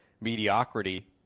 mediocrity